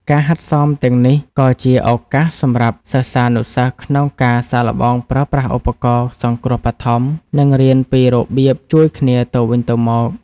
ការហាត់សមទាំងនេះក៏ជាឱកាសសម្រាប់សិស្សានុសិស្សក្នុងការសាកល្បងប្រើប្រាស់ឧបករណ៍សង្គ្រោះបឋម និងរៀនពីរបៀបជួយគ្នាទៅវិញទៅមក។